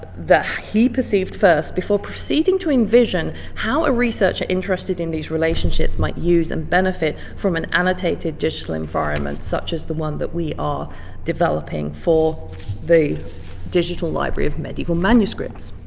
that he perceived first, before proceeding to envision how a researcher interested in these relationships might use and benefit from an annotated digital environment such as the one that we are developing for the digital library of medieval manuscripts.